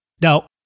Now